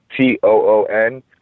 T-O-O-N